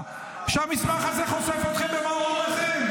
שהמסמך הזה חושף אתכם במערומיכם,